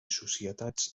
societats